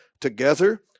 together